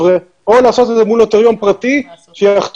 או לעשות את זה מול נוטריון פרטי שיחתום